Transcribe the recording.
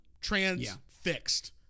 Trans-fixed